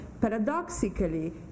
paradoxically